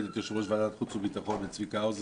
את יושב-ראש ועדת חוץ וביטחון צביקה האוזר,